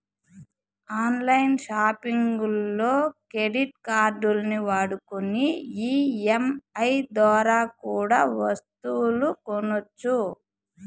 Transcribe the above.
on line సాపింగుల్లో credit కార్డుల్ని వాడుకొని ఈ.ఎం.ఐ దోరా కూడా ఒస్తువులు కొనొచ్చు